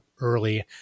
early